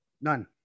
None